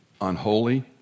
unholy